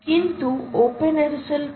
কিন্তু OpenSSL কি